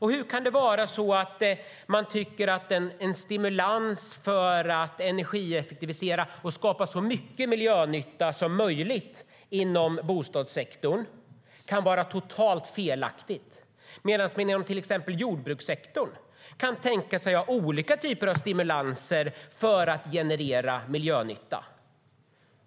Hur kan ni då tycka att en stimulans för att energieffektivisera och skapa så mycket miljönytta som möjligt inom bostadssektorn är totalt felaktigt, medan ni inom till exempel jordbrukssektorn kan tänka er att ha olika typer av stimulanser för att generera miljönytta?